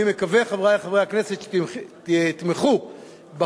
אני מקווה, חברי חברי הכנסת, שיתמכו בחוק